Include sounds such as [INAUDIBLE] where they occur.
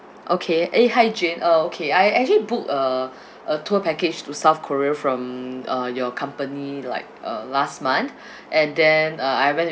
okay eh hi jane uh okay I actually book a [BREATH] a tour package to south korea from uh your company like uh last month [BREATH] and then uh I went